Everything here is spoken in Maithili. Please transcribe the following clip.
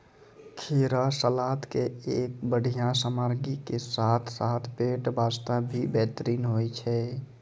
खीरा सलाद के एक बढ़िया सामग्री के साथॅ साथॅ पेट बास्तॅ भी बेहतरीन होय छै